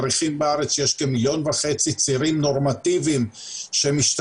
מעריכים בארץ שיש כ-1.5 מיליון צעירים נורמטיביים שמשתמשים,